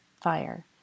fire